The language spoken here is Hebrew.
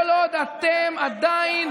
כל עוד אתם עדיין